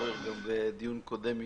שונה